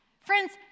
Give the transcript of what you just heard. Friends